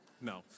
No